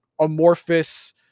amorphous